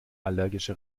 allergische